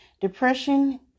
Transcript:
Depression